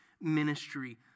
ministry